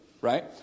right